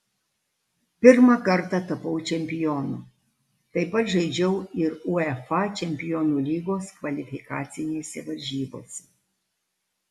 pirmą kartą tapau čempionu taip pat žaidžiau ir uefa čempionų lygos kvalifikacinėse varžybose